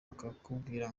bakakubwira